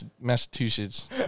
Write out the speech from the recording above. Massachusetts